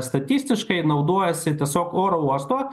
statistiškai naudojasi tiesiog oro uosto